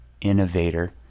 innovator